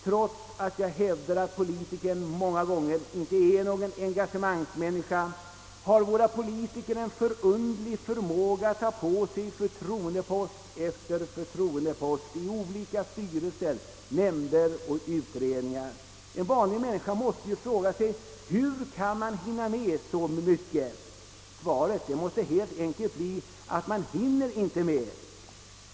Trots att jag hävdar att politikern många gånger inte är någon engage mangsmänniska, har våra politiker en förunderlig förmåga att ta på sig förtroendepost efter förtroendepost i olika styrelser, nämnder och utredningar. En vanlig människa måste fråga sig, hur han kan hinna med så mycket arbete. Svaret måste helt enkelt bli, att han inte hinner med.